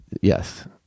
yes